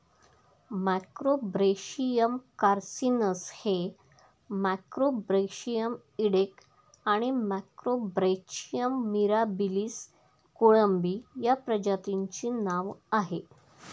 Macrobrachium carcinus हे Macrobrachium इडेक आणि मॅक्रोब्रॅचियम मिराबिलिस कोळंबी या प्रजातींचे नाव आहे